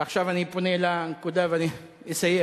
ועכשיו אני פונה לנקודה ואני אסיים,